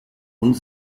und